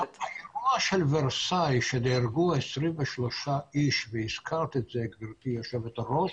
בו נהרגו 23 איש, והזכרת את זה, גברתי יושבת-ראש,